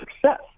success